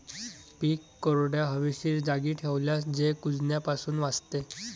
पीक कोरड्या, हवेशीर जागी ठेवल्यास ते कुजण्यापासून वाचते